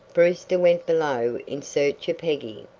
brewster went below in search of peggy.